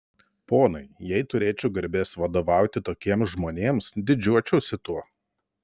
ponai jei turėčiau garbės vadovauti tokiems žmonėms didžiuočiausi tuo